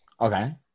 Okay